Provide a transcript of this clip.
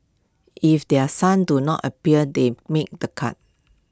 if their sons do not appear they made the cut